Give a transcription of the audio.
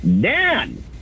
Dan